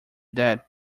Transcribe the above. that